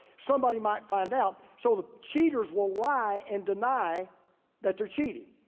somebody might find out. so the cheaters will lie and deny that they're cheating.